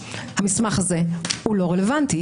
המסמך הזה לא רלוונטי,